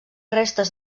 restes